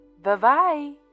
Bye-bye